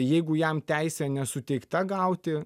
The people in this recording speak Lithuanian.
jeigu jam teisė nesuteikta gauti